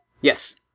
Yes